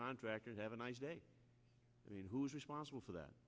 contractors have a nice day i mean who's responsible for that